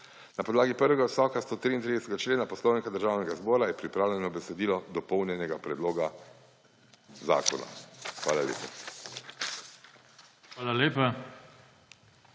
Na podlagi prvega odstavka 133. člena Poslovnika Državnega zbora je pripravljeno besedilo dopolnjenega predloga zakona. Hvala lepa.